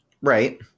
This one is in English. Right